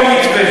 זהו המתווה.